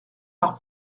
par